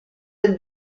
del